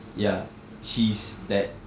ya she's that